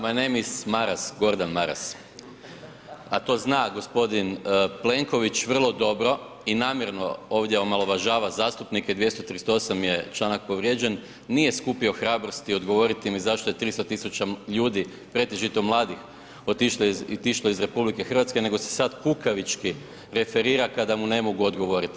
My name is Maras, Gordan Maras, a to zna g. Plenković vrlo dobro i namjerno ovdje omaložava zastupnike, 238. je članak povrijeđen, nije skupio hrabrosti odgovoriti mi zašto je 300 000 ljudi, pretežito mladih, otišlo iz RH, nego se sad kukavički referira kada mu ne mogu odgovorit.